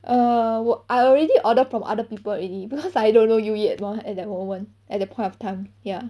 err 我 I already ordered from other people already because I don't know you yet lor at that moment at the point of time ya